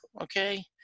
Okay